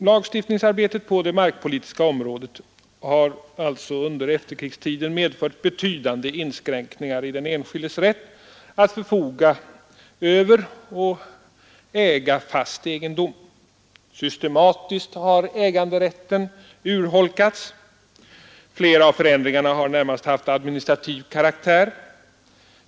Lagstiftningsarbetet på det markpolitiska området har alltså under efterkrigstiden medfört betydande inskräkningar i den enskildes rätt att förfoga över och äga fast egendom. Systematiskt har äganderätten urholkats. Flera av förändringarna har närmast haft administrativ karaktär.